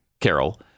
Carol